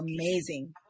amazing